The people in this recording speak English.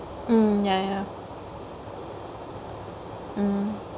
mm ya ya mm